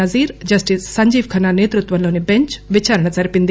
Nazir justice Sanjiv Khanna నేతృత్వంలోని bench విచారణ జరిపింది